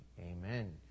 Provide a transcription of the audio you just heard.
amen